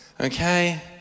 Okay